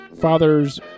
fathers